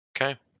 okay